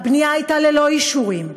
הבנייה הייתה ללא אישורים.